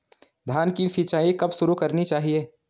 धान की सिंचाईं कब कब करनी चाहिये?